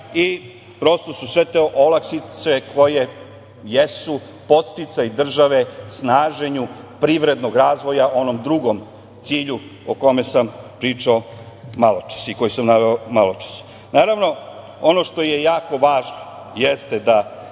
Prosto su sve te olakšice koje jesu podsticaj države snaženju privrednog razvoja onom drugom cilju o kome sam pričao maločas i koji sam naveo maločas. Naravno, ono što je jako važno jeste da